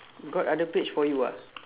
got other page for you ah